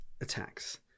attacks